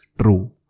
true